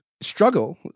struggle